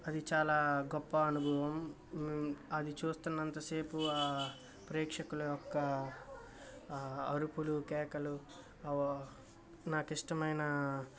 అది చాలా గొప్ప అనుభవం అది చూస్తున్నంత సేపు ప్రేక్షకులు యొక్క అరుపులు కేకలు నాకు ఇష్టమైన